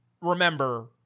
remember